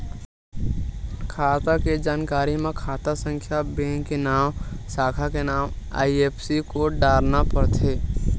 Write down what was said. खाता के जानकारी म खाता संख्या, बेंक के नांव, साखा के नांव, आई.एफ.एस.सी कोड डारना परथे